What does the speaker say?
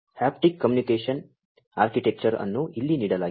haptic communication architecture ಅನ್ನು ಇಲ್ಲಿ ನೀಡಲಾಗಿದೆ